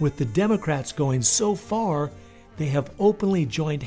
with the democrats going so far they have openly joined